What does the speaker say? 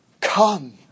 Come